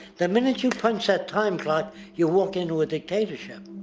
the minute you punch that time clock you woke into a dictatorship.